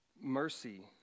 mercy